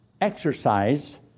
exercise